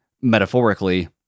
metaphorically